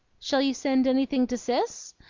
shall you send anything to cis?